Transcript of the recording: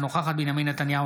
אינה נוכחת בנימין נתניהו,